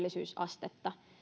työllisyysastetta